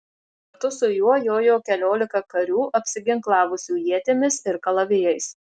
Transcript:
kartu su juo jojo keliolika karių apsiginklavusių ietimis ir kalavijais